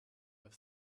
have